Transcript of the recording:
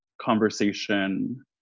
conversation